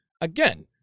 Again